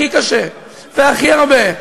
והכי הרבה.